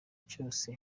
cyose